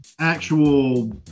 actual